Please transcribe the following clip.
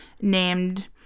named